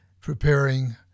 preparing